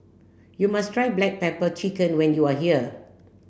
you must try black pepper chicken when you are here